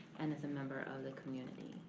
and as a member of the community.